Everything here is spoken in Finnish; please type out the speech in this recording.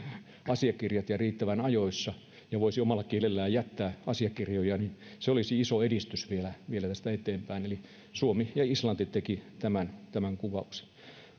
asiakirjat ja riittävän ajoissa ja voisi omalla kielellään jättää asiakirjoja niin se olisi iso edistys vielä vielä tästä eteenpäin eli suomi ja islanti tekivät tämän tämän ehdotuksen